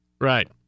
Right